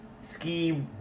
ski